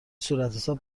صورتحساب